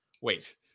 Wait